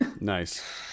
Nice